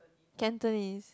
Cantonese